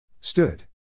Stood